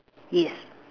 yes